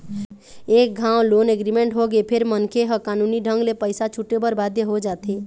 एक घांव loan agreement होगे फेर मनखे ह कानूनी ढंग ले पइसा छूटे बर बाध्य हो जाथे